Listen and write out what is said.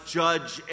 judge